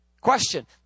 Question